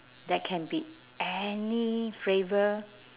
that can be any flavour